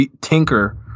tinker